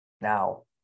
Now